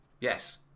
Yes